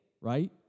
right